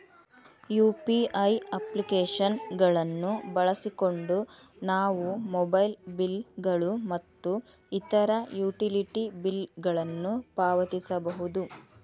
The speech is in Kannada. ಯು.ಪಿ.ಐ ಅಪ್ಲಿಕೇಶನ್ ಗಳನ್ನು ಬಳಸಿಕೊಂಡು ನಾವು ಮೊಬೈಲ್ ಬಿಲ್ ಗಳು ಮತ್ತು ಇತರ ಯುಟಿಲಿಟಿ ಬಿಲ್ ಗಳನ್ನು ಪಾವತಿಸಬಹುದು